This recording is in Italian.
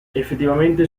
effettivamente